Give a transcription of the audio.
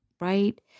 Right